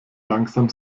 langsam